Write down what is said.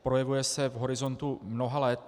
Projevuje se v horizontu mnoha let.